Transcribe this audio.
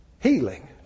healing